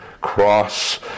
cross